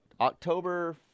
October